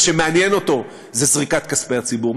מה שמעניין אותו זה זריקת כספי הציבור,